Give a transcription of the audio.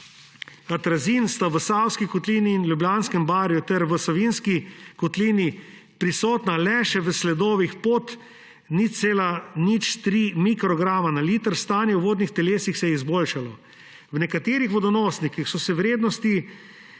desitil-atrazin sta v Savski kotlini in Ljubljanskem barju ter v Savinjski kotlini prisotna le še v sledovih pod 0,03 mikrograma na liter. Stanje v vodnih telesih se je izboljšalo. V nekaterih vodonosnikih se vrednosti